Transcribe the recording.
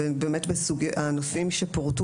בענפים שפורטו,